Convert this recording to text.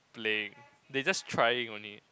playing they just trying only